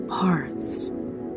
parts